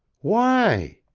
why?